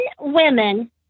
women